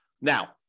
Now